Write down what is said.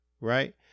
right